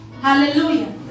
Hallelujah